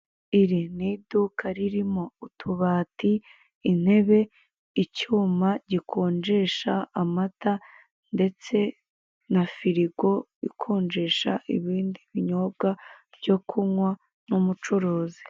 Iri ni iduka ririmo utubati, intebe, icyuma gikonjesha amata ndetse na firigo ikonjesha ibindi binyobwa byo kunywa n'umucuruzi.